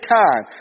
time